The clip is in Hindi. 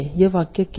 यह वाक्य है